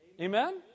Amen